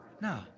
Now